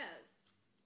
yes